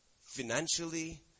financially